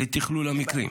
לתכלול המקרים.